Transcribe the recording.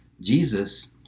Jesus